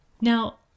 Now